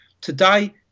Today